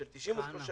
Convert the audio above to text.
של 93 מיליארד,